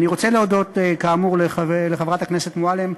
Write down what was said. אני רוצה להודות, כאמור, לחברת הכנסת מועלם,